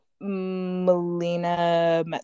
melina